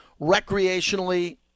recreationally